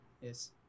Yes